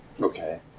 Okay